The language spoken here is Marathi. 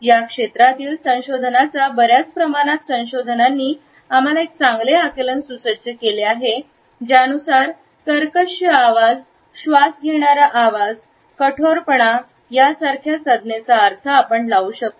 या क्षेत्रातील संशोधनाच्या बर्याच प्रमाणात संशोधनांनी आम्हाला एक चांगले आकलन सुसज्ज केले आहे ज्यानुसार कर्कश आवाज श्वास घेणारा आवाज आणि कठोरपणा यासारख्या संज्ञेचा अर्थ आपण लावू शकतो